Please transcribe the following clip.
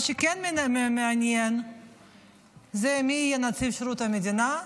מה שכן מעניין זה מי יהיה נציב שירות המדינה,